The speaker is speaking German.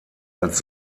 als